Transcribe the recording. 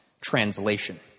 translation